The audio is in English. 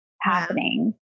happening